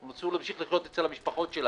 הם רצו להמשיך לחיות בקרב משפחותיהם.